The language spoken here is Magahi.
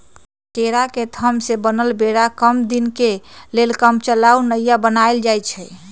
केरा के थम से बनल बेरा कम दीनके लेल कामचलाउ नइया बनाएल जाइछइ